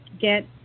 get